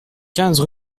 quinze